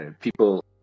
people